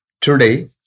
Today